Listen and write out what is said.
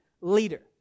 leader